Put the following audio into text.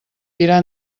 tirar